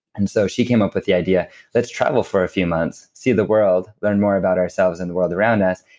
and so she came up with the idea let's travel for a few months, see the world, learn more about ourselves and the world around us,